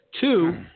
Two